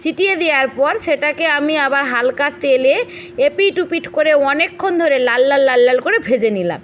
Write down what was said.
চিটিয়ে দেওয়ার পর সেটাকে আমি আবার হালকা তেলে এপিট ওপিট করে অনেকক্ষণ ধরে লাল লাল লাল লাল করে ভেজে নিলাম